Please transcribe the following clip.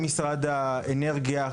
האם משרד האנרגיה,